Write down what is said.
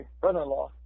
brother-in-law